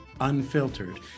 unfiltered